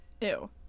Ew